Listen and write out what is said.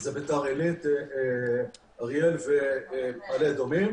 שזה ביתר עלית, אריאל ומעלה אדומים.